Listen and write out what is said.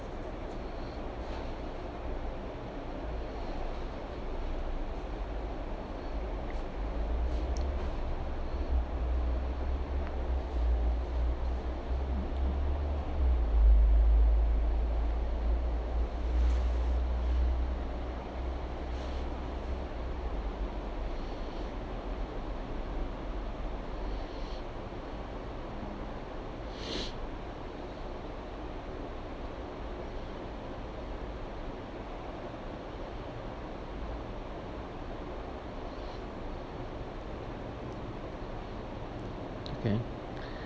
okay